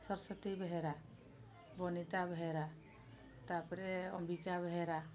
ସରସ୍ୱତୀ ବେହେରା ବନିତା ବେହେରା ତା'ପରେ ଅମ୍ବିକା ବେହେରା